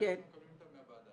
ברגע שאנחנו מקבלים אותן מהוועדה.